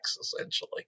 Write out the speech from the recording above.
essentially